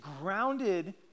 grounded